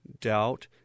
doubt